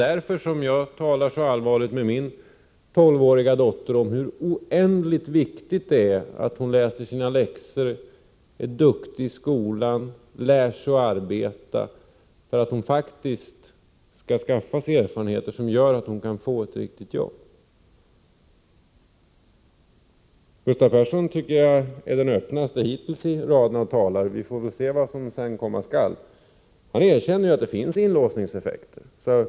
därför som jag talar så allvarligt med min tolvåriga dotter om hur oändligt viktigt det är att hon läser sina läxor, är duktig i skolan, lär sig att arbeta så att hon faktiskt skaffar sig erfarenheter som gör att hon kan få ett riktigt arbete. Gustav Persson är den öppnaste hittills i raden av talare. Vi får väl se vad som sedan komma skall. Han erkänner ju att det finns inlåsningseffekter.